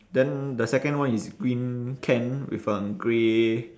then the second one is green can with um grey